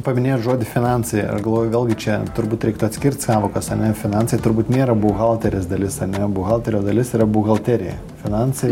paminėjot žodį finansai aš galvoju vėlgi čia turbūt reiktų atskirt sąvokas ane finansai turbūt nėra buhalterės dalis ane buhalterio dalis yra buhalterija finansai